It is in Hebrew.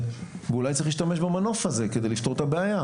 ואולי צריך להשתמש במנוף הזה כדי לפתור את הבעיה.